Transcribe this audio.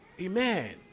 Amen